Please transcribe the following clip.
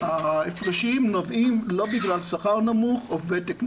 ההפרשים נובעים לא בגלל שכר נמוך או ותק נמוך.